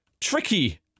tricky